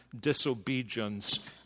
disobedience